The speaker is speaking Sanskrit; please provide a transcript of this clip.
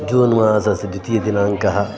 जून् मासस्य द्वितीयदिनाङ्कः